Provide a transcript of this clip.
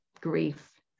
grief